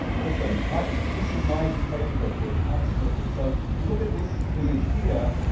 awesome. pizza is my favourite dish. absolutely. so you look at this image here.